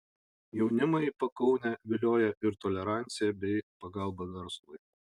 jaunimą į pakaunę vilioja ir tolerancija bei pagalba verslui